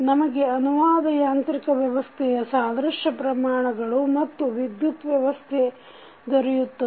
ನಮಗೆ ಅನುವಾದ ಯಾಂತ್ರಿಕ ವ್ಯವಸ್ಥೆಯ ಸಾದೃಶ್ಯ ಪ್ರಮಾಣಗಳು ಮತ್ತು ವಿದ್ಯುತ್ ವ್ಯವಸ್ಥೆ ದೊರೆಯುತ್ತವೆ